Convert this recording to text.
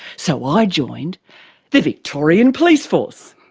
so i joined the victorian police force,